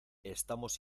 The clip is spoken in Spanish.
estamos